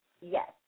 yes